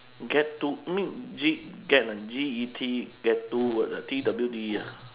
get to you mean G get a G E T get two word ah T W D ah